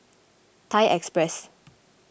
Thai Express